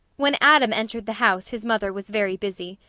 when adam entered the house his mother was very busy.